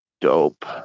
Dope